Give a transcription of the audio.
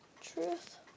Truth